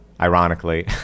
Ironically